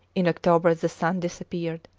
in october the sun disappeared,